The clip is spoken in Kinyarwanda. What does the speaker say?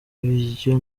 ibyo